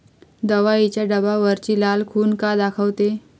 दवाईच्या डब्यावरची लाल खून का दाखवते?